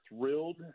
thrilled